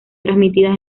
transmitidas